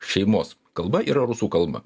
šeimos kalba yra rusų kalba